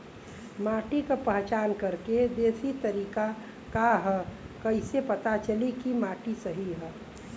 माटी क पहचान करके देशी तरीका का ह कईसे पता चली कि माटी सही ह?